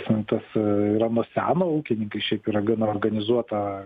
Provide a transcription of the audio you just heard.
ta prasme tas a yra nuo seno ūkininkai šiaip yra gana organizuota